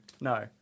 No